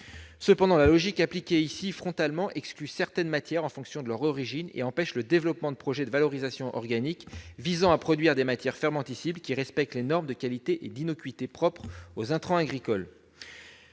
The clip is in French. Cependant, la logique appliquée ici frontalement exclut certaines matières en fonction de leur origine et empêche le développement de projets de valorisation organique visant à produire des matières fermentescibles qui respectent les normes de qualité et d'innocuité propres aux intrants agricoles.